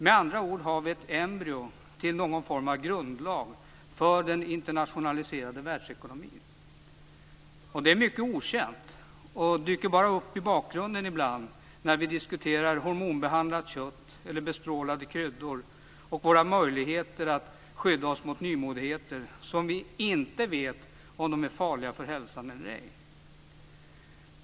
Med andra ord har vi ett embryo till någon form av grundlag för den internationaliserade världsekonomin. Detta är mycket okänt och dyker bara upp i bakgrunden ibland när vi diskuterar hormonbehandlat kött eller bestrålade kryddor och våra möjligheter att skydda oss mot nymodigheter som vi inte vet om de är farliga för hälsan eller ej.